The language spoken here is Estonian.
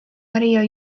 maria